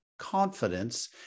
confidence